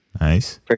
nice